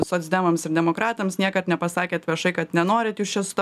socdemams ir demokratams niekad nepasakėt viešai kad nenorit jūs čia su ta